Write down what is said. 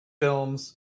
films